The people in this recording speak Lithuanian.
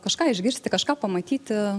kažką išgirsti kažką pamatyti